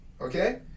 okay